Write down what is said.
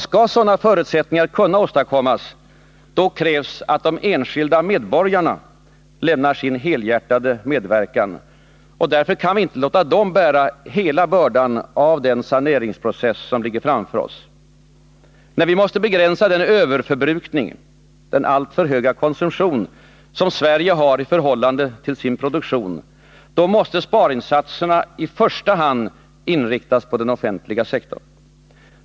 Skall sådana förutsättningar kunna åstadkommas, krävs att de enskilda medborgarna lämnar sin helhjärtade medverkan. Vi kan därför inte låta dem bära hela bördan av den saneringsprocess som ligger framför oss. När vi måste begränsa den överförbrukning — den alltför höga konsumtion — som Sverige har i förhållande till sin produktion, måste sparinsatserna i första hand inriktas på den offentliga sektorn.